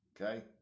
okay